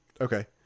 Okay